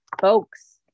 folks